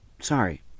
Sorry